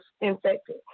infected